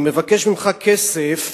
כסף,